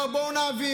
הוא אמר: בואו נעביר,